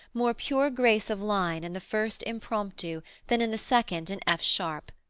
more pure grace of line in the first impromptu than in the second in f sharp,